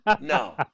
No